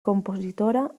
compositora